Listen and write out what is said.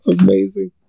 Amazing